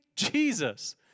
Jesus